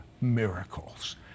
miracles